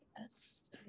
yes